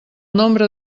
nombre